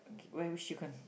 okay where which chicken